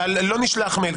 לא נשלח מייל,